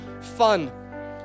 fun